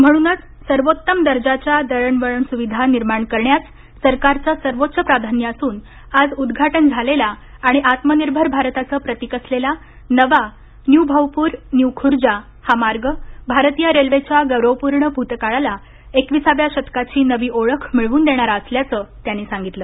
म्हणूनच सर्वोत्तम दर्जाच्या दळणवळण सुविधा निर्माण करण्यास सरकारचं सर्वोच्च प्राधान्य असून आज उद्घाटन झालेला आणि आत्मनिर्भर भारताचं प्रतीक असलेला नवा न्यू भाऊपूर न्यू खुर्जा मार्ग भारतीय रेल्वेच्या गौरवपूर्ण भूतकाळाला एकविसाव्या शतकाची नवी ओळख मिळवून देणारा असल्याचं त्यांनी सांगितलं